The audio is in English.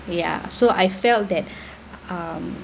ya so I felt that um